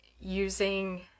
using